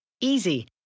Easy